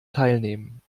teilnehmen